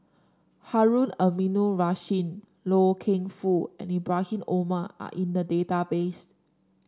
Harun Aminurrashid Loy Keng Foo and Ibrahim Omar are in the database